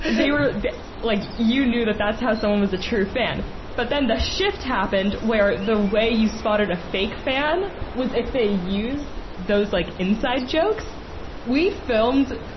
they were like you knew that that's how someone was a true fan but then the shift happened where the way you spotted a fake fan was if they used those like inside jokes we filmed